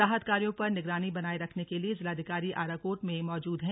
राहत कार्यों पर निगरानी बनाए रखने के लिए जिलाधिकारी आराकोट में मौजूद हैं